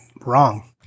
wrong